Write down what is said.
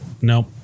Nope